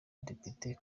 depite